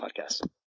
podcast